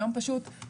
היום זה ההליך.